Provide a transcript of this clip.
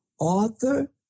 Arthur